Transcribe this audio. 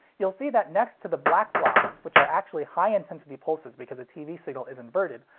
you'll see that next to the black blocks, which are actually high intensity pulses because a tv signal is inverted,